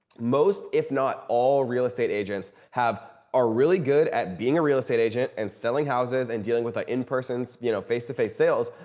most if not all real estate agents have are really good at being a real estate agent and selling houses and dealing with that in person's you know face-to-face sales.